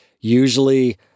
usually